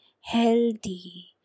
healthy